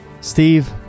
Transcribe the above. Steve